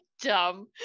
Dumb